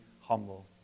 humble